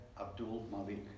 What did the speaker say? Abdul-Malik